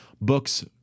books